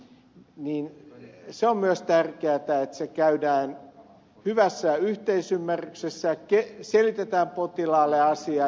se on myös tärkeätä että se tehdään hyvässä yhteisymmärryksessä selitetään potilaalle asia